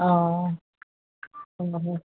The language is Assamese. অঁ অঁ